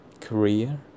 career